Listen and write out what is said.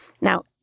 Now